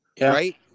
Right